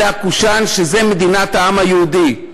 זה הקושאן שזאת מדינת העם היהודי.